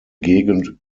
gegend